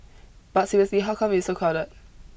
but seriously how come it's so crowded